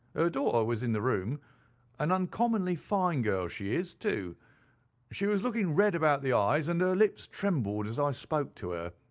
her daughter was in the room, too an uncommonly fine girl she is, too she was looking red about the eyes and her lips trembled as i spoke to her.